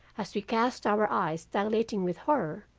as we cast our eyes dilating with horror,